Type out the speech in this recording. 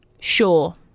sure